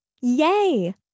Yay